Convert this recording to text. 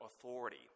authority